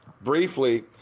briefly